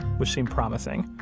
which seemed promising.